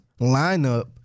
lineup